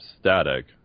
static